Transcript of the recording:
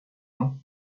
ans